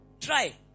Try